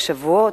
בשבועות,